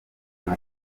nka